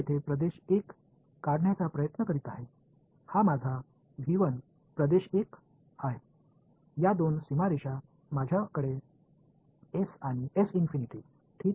मी येथे प्रदेश 1 काढण्याचा प्रयत्न करीत आहे हा माझा व्ही 1 प्रदेश 1 आहे या दोन सीमारेषा माझ्याकडे S आणि ठीक आहेत